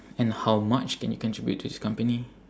and how much can you contribute to this company